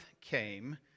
came